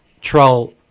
Troll